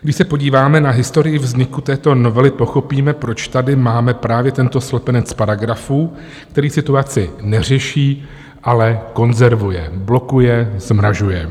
Když se podíváme na historii vzniku této novely, pochopíme, proč tady máme právě tento slepenec paragrafů, který situaci neřeší, ale konzervuje, blokuje, zmrazuje.